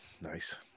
Nice